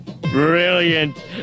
Brilliant